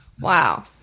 Wow